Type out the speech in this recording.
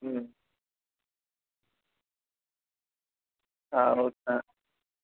అవును సార్